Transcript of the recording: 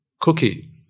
Cookie